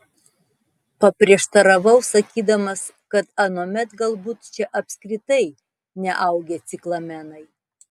paprieštaravau sakydamas kad anuomet galbūt čia apskritai neaugę ciklamenai